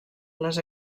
les